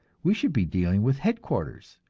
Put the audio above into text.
we should be dealing with headquarters,